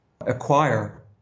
acquire